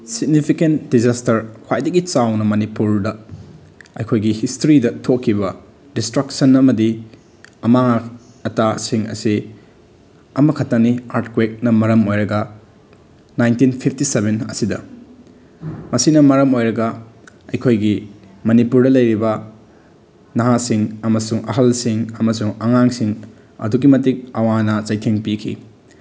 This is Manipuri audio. ꯁꯤꯠꯅꯤꯐꯤꯀꯦꯟ ꯗꯤꯖꯥꯁꯇꯔ ꯈ꯭ꯋꯥꯏꯗꯒꯤ ꯆꯥꯎꯅ ꯃꯅꯤꯄꯨꯔꯗ ꯑꯩꯈꯣꯏꯒꯤ ꯍꯤꯁꯇ꯭ꯔꯤꯗ ꯊꯣꯛꯈꯤꯕ ꯗꯤꯁꯇ꯭ꯔꯛꯁꯟ ꯑꯃꯗꯤ ꯑꯃꯥꯡ ꯑꯇꯥꯁꯤꯡ ꯑꯁꯤ ꯑꯃꯈꯛꯇꯅꯤ ꯑꯥꯔꯠꯀ꯭ꯋꯦꯛꯅ ꯃꯔꯝ ꯑꯣꯏꯔꯒ ꯅꯥꯏꯟꯇꯤꯟ ꯐꯤꯞꯇꯤ ꯁꯚꯦꯟ ꯑꯁꯤꯗ ꯃꯁꯤꯅ ꯃꯔꯝ ꯑꯣꯏꯔꯒ ꯑꯩꯈꯣꯏꯒꯤ ꯃꯅꯤꯄꯨꯔꯗ ꯂꯩꯔꯤꯕ ꯅꯍꯥꯁꯤꯡ ꯑꯃꯁꯨꯡ ꯑꯍꯜꯁꯤꯡ ꯑꯃꯁꯨꯡ ꯑꯉꯥꯡꯁꯤꯡ ꯑꯗꯨꯛꯀꯤ ꯃꯇꯤꯛ ꯑꯋꯥ ꯑꯅꯥ ꯆꯩꯊꯦꯡ ꯄꯤꯈꯤ